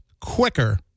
quicker